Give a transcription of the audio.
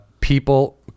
people